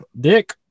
Dick